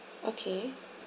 okay